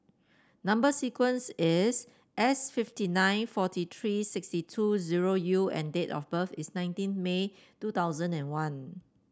number sequence is S fifty nine forty three sixty two zero U and date of birth is nineteen May two thousand and one